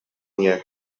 year